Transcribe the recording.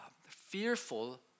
fearful